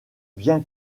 bien